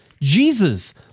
Jesus